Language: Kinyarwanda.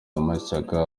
amashyaka